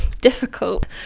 difficult